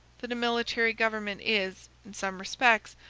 that a military government is, in some respects,